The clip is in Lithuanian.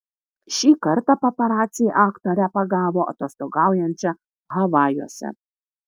šį kartą paparaciai aktorę pagavo atostogaujančią havajuose